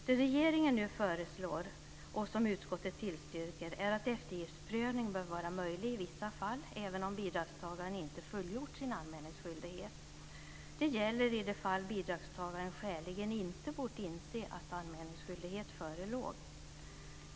Det regeringen nu föreslår, och som utskottet tillstyrker, är att eftergiftsprövning bör vara möjlig i vissa fall även om bidragstagaren inte fullgjort sin anmälningsskyldighet. Det gäller i de fall bidragstagaren skäligen inte bort inse att anmälningsskyldighet förelåg.